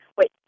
Wait